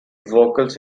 vocals